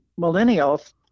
millennials